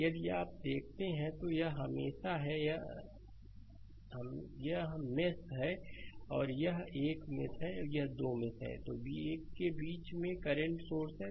और यदि आप देखते हैं तो यह मेश है और यह 1 मेश है और 2 मेश 1 के बीच में करंट सोर्स है